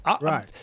Right